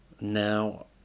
now